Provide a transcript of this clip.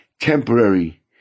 temporary